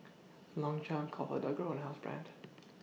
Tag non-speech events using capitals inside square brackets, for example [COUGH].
Longchamp ComfortDelGro and Housebrand [NOISE]